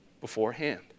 beforehand